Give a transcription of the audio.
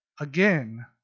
again